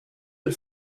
del